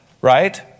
Right